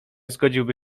zgodziłby